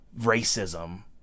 racism